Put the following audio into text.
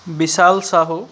Bishal Sahu